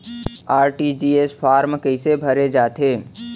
RTGS form कइसे भरे जाथे?